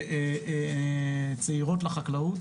צעירות לחקלאות.